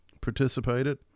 participated